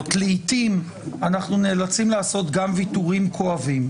ולעתים אנחנו נאלצים לעשות גם ויתורים כואבים.